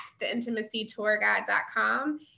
theintimacytourguide.com